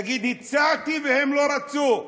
יגיד: הצעתי והם לא רצו,